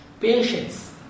Patience